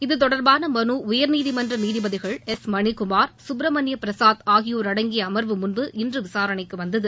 இத்தொடர்பான மனு உயர்நீதிமன்ற நீதிபதிகள் எஸ் மணிக்குமார் சுப்பிரமணியம் பிரசாத் ஆகியோர் அடங்கிய அமர்வு முன் இன்று விசாரணைக்கு வந்தது